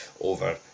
over